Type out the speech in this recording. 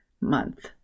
month